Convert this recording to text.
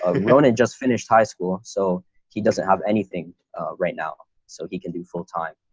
ah ronan just finished high school so he doesn't have anything right now. so he can do full time.